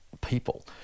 people